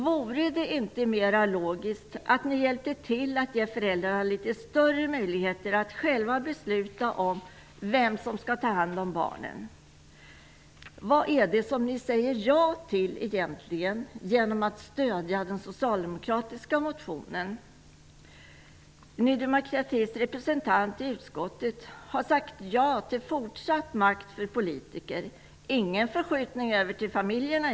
Vore det inte mera logiskt att ni hjälpte till att ge föräldrarna litet större möjligheter att själva besluta om vem som skall ta hand om barnen? Vad är det som ni säger ja till egentligen genom att stödja den socialdemokratiska motionen? Ny demokratis representant i utskottet har sagt ja till fortsatt makt för politiker -- ingen förskjutning över till familjerna.